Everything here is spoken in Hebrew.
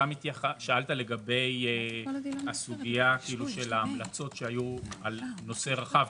שאלת לגבי ההמלצות שהיו על נושא רחב,